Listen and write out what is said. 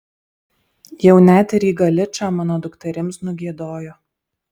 jau net ir į galičą mano dukterims nugiedojo